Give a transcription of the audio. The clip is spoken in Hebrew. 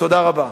תודה רבה.